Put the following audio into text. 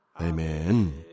Amen